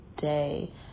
day